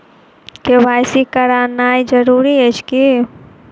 KYC करानाइ जरूरी अछि की?